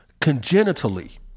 congenitally